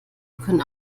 können